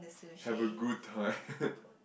have a good time